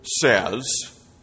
says